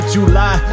July